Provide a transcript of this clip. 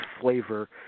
flavor